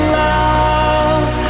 love